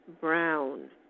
brown